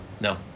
No